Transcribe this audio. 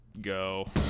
go